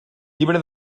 llibre